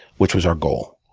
which was our goal,